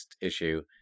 issue